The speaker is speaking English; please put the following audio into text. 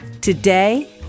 Today